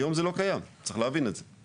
היום זה לא קיים, צריך להבין את זה.